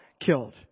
killed